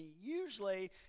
usually